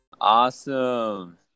Awesome